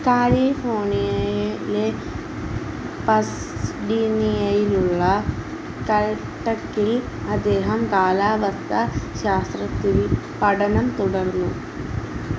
കാലിഫോർണിയയിലെ പസഡീനയിലുള്ള കാൽടെക്കിൽ അദ്ദേഹം കാലാവസ്ഥാ ശാസ്ത്രത്തിൽ പഠനം തുടർന്നു